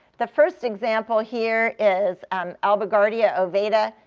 the first example here is um abildgaardia ovata,